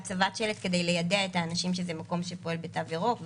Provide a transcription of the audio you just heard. כדי ליידע את האנשים שזה מקום שפועל בתו ירוק,